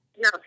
No